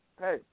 hey